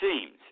seems